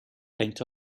peint